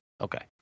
Okay